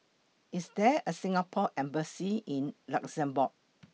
IS There A Singapore Embassy in Luxembourg